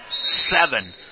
seven